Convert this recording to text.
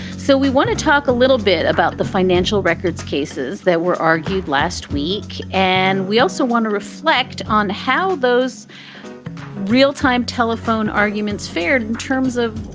so we want to talk a little bit about the financial records cases that were argued last week. and we also want to reflect on how those real-time telephone arguments fared in terms of,